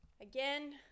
Again